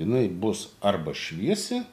jinai bus arba šviesi